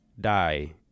die